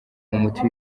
umuti